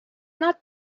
not